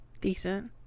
Decent